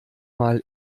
mal